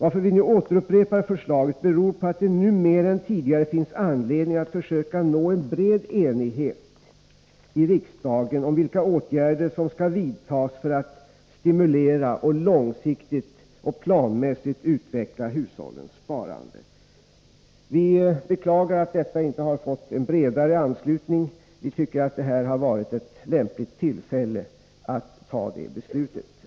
Att vi nu återupprepar förslaget beror på att det nu mer än tidigare finns anledning att försöka nå en bred enighet i riksdagen om vilka åtgärder som skall vidtas för att stimulera och långsiktigt och planmässigt utveckla hushållens sparande. Vi beklagar att detta inte har fått en bredare anslutning — vi anser att detta hade varit ett lämpligt tillfälle att ta det beslutet.